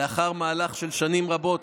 לאחר מהלך של שנים רבות,